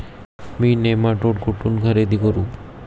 मी nematode कुठून खरेदी करू?